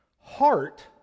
heart